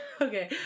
Okay